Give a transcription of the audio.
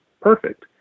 perfect